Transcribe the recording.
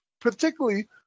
Particularly